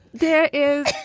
there is